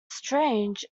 strange